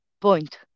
point